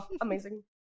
amazing